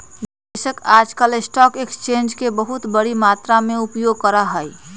निवेशक आजकल stock exchange के बहुत बडी मात्रा में उपयोग करा हई